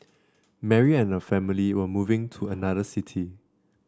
Mary and her family were moving to another city